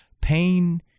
Pain